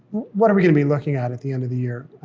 what are we gonna be looking at at the end of the year,